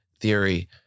Theory